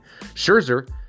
Scherzer